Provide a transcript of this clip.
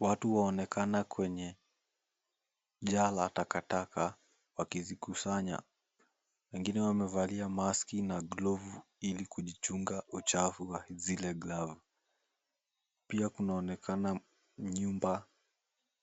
Watu wanaonekana kwenye jala la takataka wakizikusanya. Wengine wamevaa maski na glovu ili kujichunga uchafu wa zile glovu. Pia kunaonekana nyumba